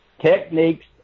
Techniques